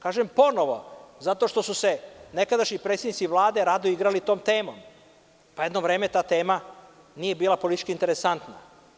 Kažem ponovo, zato što su se nekadašnji predsednici Vlade rado igrali tom temom, pa jedno vreme ta tema nije bila politički interesantna.